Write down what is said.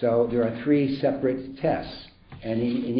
so there are three separate tests and